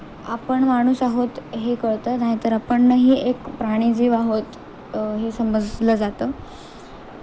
आपण माणूस आहोत हे कळतं नाहीतर आपणही एक प्राणी जीव आहोत हे समजलं जातं